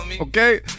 Okay